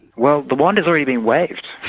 well, the wand has already been waved,